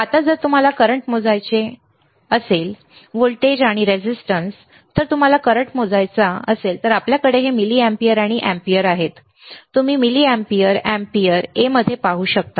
आता जर तुम्हाला करंट मोजायचे असेल व्होल्टेज आणि रेझिस्टन्स जर तुम्हाला करंट मोजायचा असेल तर आमच्याकडे हे मिलीअँपिअर आणि अँपिअर आहेत तुम्ही मिलीअँपिअर एम्पीयर A इथे पाहू शकता